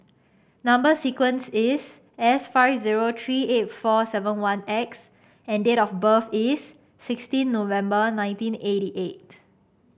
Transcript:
number sequence is S five zero three eight four seven one X and date of birth is sixteen November nineteen eighty eight